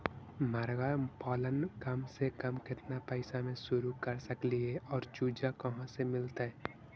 मरगा पालन कम से कम केतना पैसा में शुरू कर सकली हे और चुजा कहा से मिलतै?